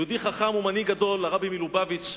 יהודי חכם ומנהיג גדול, הרבי מלובביץ',